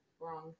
wrong